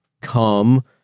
come